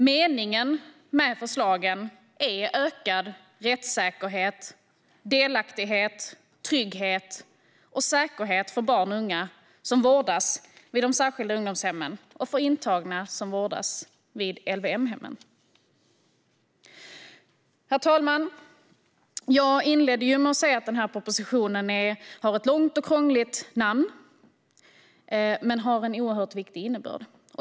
Meningen med förslagen är ökad rättssäkerhet, delaktighet, trygghet och säkerhet för barn och unga som vårdas vid de särskilda ungdomshemmen och för intagna som vårdas vid LVM-hemmen. Herr talman! Jag inledde med att säga att den här propositionen har ett långt och krångligt namn men att den har en oerhört viktig innebörd.